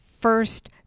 first